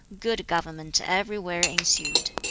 good government everywhere ensued.